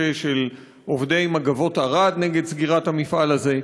של עובדי מגבות ערד נגד סגירת המפעל הזה.